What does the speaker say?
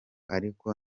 ariko